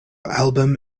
album